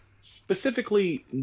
specifically